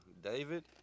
David